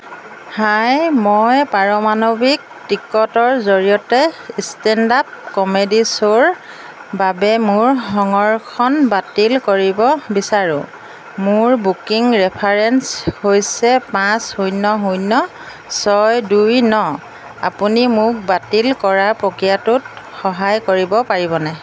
হাই মই পাৰমাণৱিক টিকটৰ জৰিয়তে ষ্টেণ্ড আপ কমেডী শ্ব'ৰ বাবে মোৰ সংৰক্ষণ বাতিল কৰিব বিচাৰোঁ মোৰ বুকিং ৰেফাৰেন্স হৈছে পাঁচ শূন্য শূন্য ছয় দুই ন আপুনি মোক বাতিল কৰা প্ৰক্ৰিয়াটোত সহায় কৰিব পাৰিবনে